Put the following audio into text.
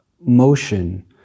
motion